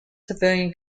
civilian